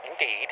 Indeed